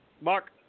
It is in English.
Mark